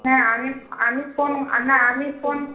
হ্যাঁ আমি আমি ফোন না আমি ফোন